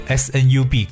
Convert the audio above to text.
snub